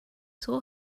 saw